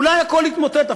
אולי הכול יתמוטט?